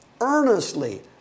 earnestly